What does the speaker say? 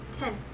Ten